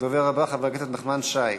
הדובר הבא, חבר הכנסת נחמן שי.